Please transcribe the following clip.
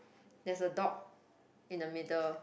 there's a dog in the middle